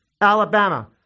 Alabama